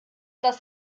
das